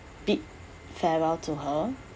bid farewell to her